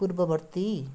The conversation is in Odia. ପୂର୍ବବର୍ତ୍ତୀ